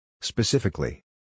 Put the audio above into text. Specifically